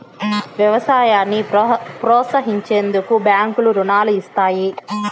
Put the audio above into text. వ్యవసాయాన్ని ప్రోత్సహించేందుకు బ్యాంకులు రుణాలను ఇస్తాయి